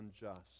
unjust